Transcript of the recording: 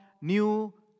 new